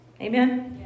amen